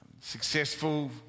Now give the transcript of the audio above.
Successful